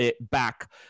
back